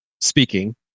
speaking